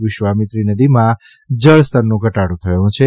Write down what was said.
વિશ્વામીક્ષી નદીમાં જળસ્તરનો ઘટાડો થયો છે